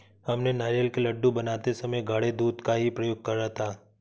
हमने नारियल के लड्डू बनाते समय गाढ़े दूध का ही प्रयोग करा था